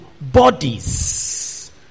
bodies